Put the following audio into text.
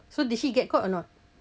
so did he get caught or not